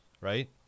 right